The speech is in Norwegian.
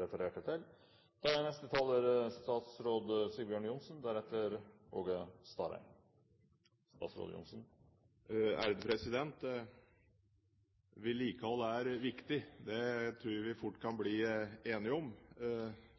refererte til. Vedlikehold er viktig. Det tror jeg vi fort kan bli enige om